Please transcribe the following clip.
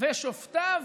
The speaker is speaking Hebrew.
ושופטיו